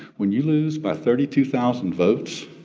when you lose by thirty two thousand votes,